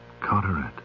Carteret